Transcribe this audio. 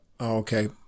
okay